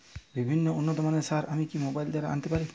বিভিন্ন উন্নতমানের সার আমি কি মোবাইল দ্বারা আনাতে পারি?